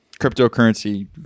cryptocurrency